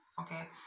okay